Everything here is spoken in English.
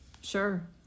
sure